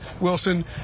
Wilson